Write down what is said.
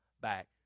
back